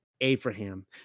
Abraham